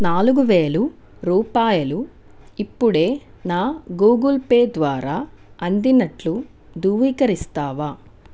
నాలుగు వేలు రూపాయలు ఇప్పుడే నా గూగుల్ పే ద్వారా అందినట్లు ధృవీకరిస్తావా